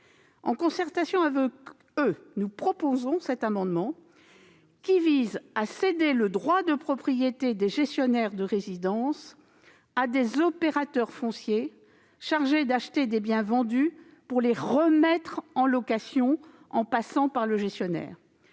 concertation avec eux, nous proposons cet amendement, qui vise à céder le droit de propriété des gestionnaires de résidences à des opérateurs fonciers chargés d'acheter des biens vendus pour les remettre en location en passant par le gestionnaire.